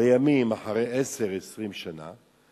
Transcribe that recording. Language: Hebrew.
לימים, אחרי עשר, 20 שנה,